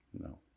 No